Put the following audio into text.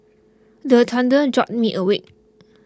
the thunder jolt me awake